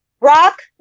Rock